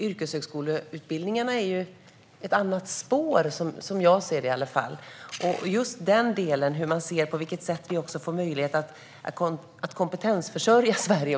Yrkeshögskoleutbildningarna är, som jag ser det, ett annat spår.